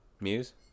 Muse